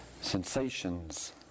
sensations